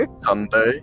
Sunday